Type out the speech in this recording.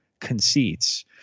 conceits